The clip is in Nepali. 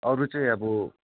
अरू चाहिँ अब